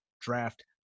draft